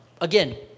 Again